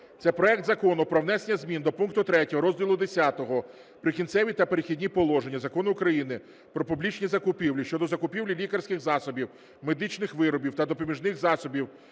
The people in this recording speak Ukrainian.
Це проект Закону про внесення змін до пункту 3 розділу Х "Прикінцеві та перехідні положення" Закону України "Про публічні закупівлі" щодо закупівлі лікарських засобів, медичних виробів та допоміжних засобів